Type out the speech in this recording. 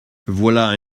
voilà